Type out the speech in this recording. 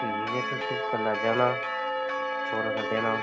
तो सिर्फ फोन कर देना